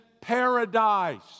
paradise